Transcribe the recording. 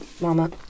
Mama